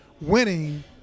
winning